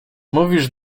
mówisz